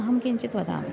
अहं किञ्चित् वदामि